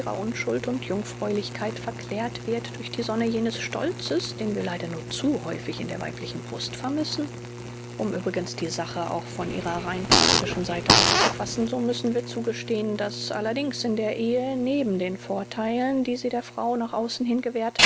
unschuld und jungfräulichkeit verklärt wird durch die sonne jenes stolzes den wir leider nur zu häufig in der weiblichen brust vermissen um übrigens die sache auch von ihrer rein praktischen seite aufzufassen so müssen wir zugestehen daß allerdings in der ehe neben den vortheilen die sie der frau nach außen hin gewährt